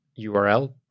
URL